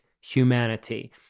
humanity